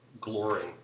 glory